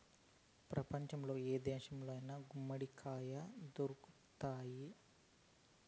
ప్రపంచంలో ఏ దేశంలో అయినా గుమ్మడికాయ దొరుకుతాయి